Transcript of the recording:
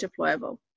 deployable